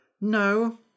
No